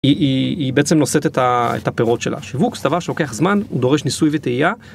היא היא היא בעצם נוסעת את הפירות של השיווק זה דבר שלוקח זמן הוא דורש ניסוי וטעייה.